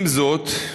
עם זאת,